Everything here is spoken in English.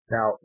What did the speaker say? Now